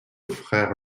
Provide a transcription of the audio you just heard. frères